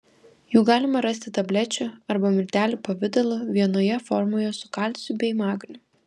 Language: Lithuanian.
jų galima rasti tablečių arba miltelių pavidalu vienoje formoje su kalciu bei magniu